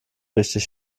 richtig